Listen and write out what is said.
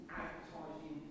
advertising